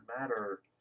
matter